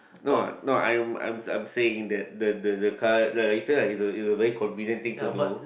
no no I'm I'm I'm saying that the the the car is a very convenient thing to do